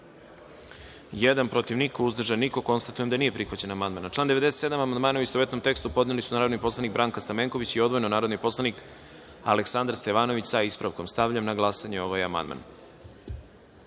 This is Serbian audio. – dva, protiv – niko, uzdržanih – nema. Konstatujem da nije prihvaćen amandman. Na član 101. amandmane, u istovetnom tekstu, podneli su narodni poslanik Branka Stamenković i odvojeno narodni poslanik Aleksandar Stevanović, sa ispravkom. Stavljam na glasanje ovaj